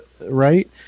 right